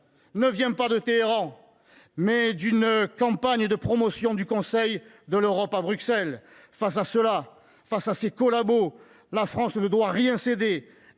ne vient pas de Téhéran, mais d’une campagne de promotion concoctée par le Conseil de l’Europe à Bruxelles. Face à cela, face à ces collabos, la France ne doit rien céder.